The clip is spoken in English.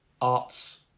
arts